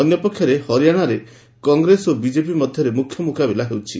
ଅନ୍ୟପକ୍ଷରେ ହରିଆଣାରେ କଂଗ୍ରେସ ଓ ବିଜେପି ମଧ୍ୟରେ ମୁଖ୍ୟ ମୁକାବିଲା ହେଉଛି